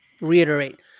Reiterate